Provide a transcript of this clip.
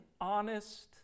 honest